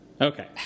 Okay